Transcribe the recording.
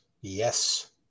Yes